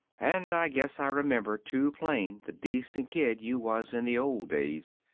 and i guess i remember too plain the decent kid you was in the old days.